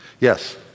Yes